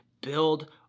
build